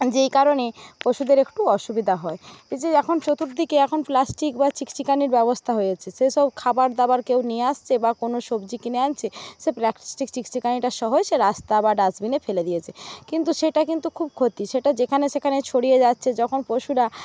যেই কারণে পশুদের একটু অসুবিধা হয় এই যে এখন চতুর্দিকে এখন প্লাস্টিক বা চিকচিকানির ব্যবস্থা হয়েছে সে সব খাবার দাবার কেউ নিয়ে আসছে বা কোনো সবজি কিনে আনছে সে প্লাস্টিক চিকচিকানিটা সহই সে রাস্তা বা ডাস্টবিনে ফেলে দিয়েছে কিন্তু সেটা কিন্তু খুব ক্ষতি সেটা যেখানে সেখানে ছড়িয়ে যাচ্ছে যখন পশুরা